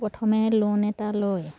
প্ৰথমে লোন এটা লৈ